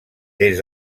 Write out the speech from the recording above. des